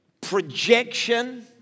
projection